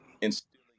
instilling